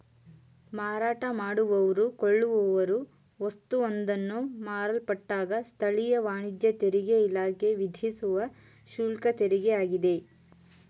ಮಾರಾಟ ಮಾಡುವವ್ರು ಕೊಳ್ಳುವವ್ರು ವಸ್ತುವೊಂದನ್ನ ಮಾರಲ್ಪಟ್ಟಾಗ ಸ್ಥಳೀಯ ವಾಣಿಜ್ಯ ತೆರಿಗೆಇಲಾಖೆ ವಿಧಿಸುವ ಶುಲ್ಕತೆರಿಗೆಯಾಗಿದೆ